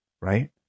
right